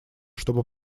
чтобы